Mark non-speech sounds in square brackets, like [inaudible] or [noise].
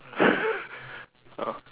[laughs] ah